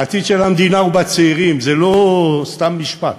העתיד של המדינה הוא בצעירים, זה לא סתם משפט,